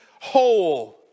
whole